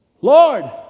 Lord